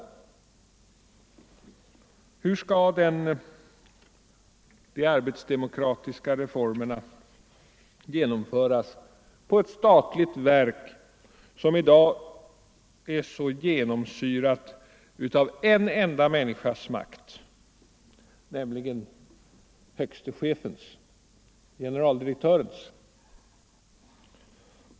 Hur skall de arbetsdemokratiska reformerna genomföras i ett statligt verk som i dag är så genomsyrat av en enda människas makt, nämligen högste chefens — generaldirektörens.